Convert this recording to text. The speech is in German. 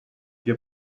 wir